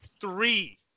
three